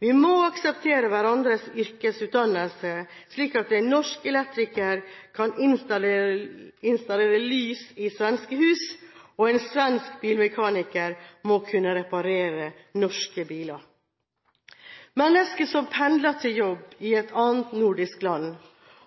Vi må akseptere hverandres yrkesutdannelse, slik at en norsk elektriker kan installere lys i svenske hus, og en svensk bilmekaniker må kunne reparere norske biler. Mennesker som pendler til jobb i et annet nordisk land,